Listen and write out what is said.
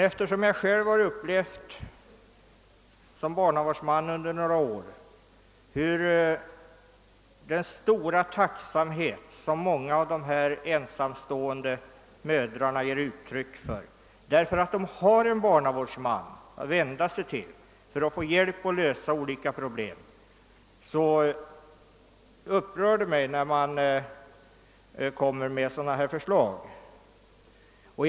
Eftersom jag själv som barnavårdsman under några år har upplevt den stora tacksamhet som många av dessa mödrar ger uttryck för, därför att de har en barnavårdsman att vända sig till för att få hjälp med att lösa olika problem, upprör det mig, att man framlägger ett sådant förslag som i motionen.